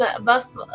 buff